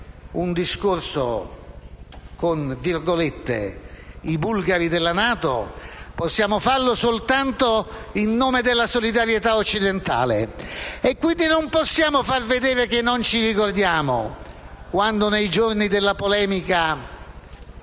un discorso con i cosiddetti bulgari della NATO, possiamo farlo soltanto in nome della solidarietà occidentale. E, quindi, non possiamo far vedere che non ci ricordiamo quando, nei giorni della polemica